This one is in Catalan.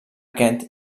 kent